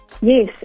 Yes